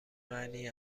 معنی